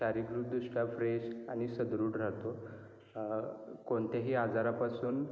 शारीरिकदृष्ट्या फ्रेश आणि सुदृढ राहतो कोणत्याही आजारापासून